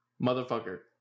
Motherfucker